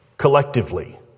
collectively